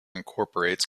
incorporates